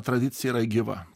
tradicija yra gyva